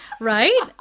Right